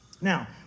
Now